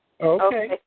Okay